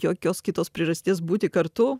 jokios kitos priežasties būti kartu